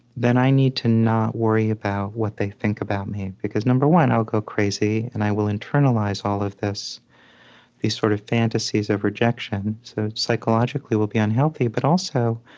then i need to not worry about what they think about me, because, number one, i'll go crazy and i will internalize all of these sort of fantasies of rejection, so psychologically will be unhealthy. but also,